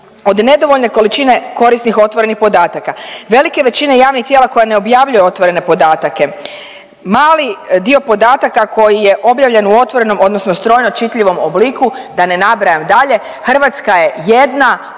od nedovoljne količine korisnih otvorenih podataka, velike većine javnih tijela koja ne objavljuje otvorene podatke, mali dio podataka koji je objavljen u otvorenom odnosno strojno čitljivom obliku da ne nabrajam dalje, Hrvatska je jedna